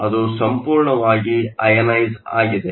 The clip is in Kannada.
ಅದು ಸಂಪೂರ್ಣವಾಗಿ ಅಯನೈಸ಼್ ಆಗಿದೆ